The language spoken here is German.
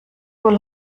wohl